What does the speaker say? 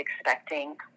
expecting